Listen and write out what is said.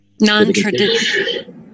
Non-traditional